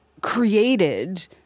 created